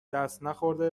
دستنخورده